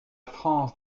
france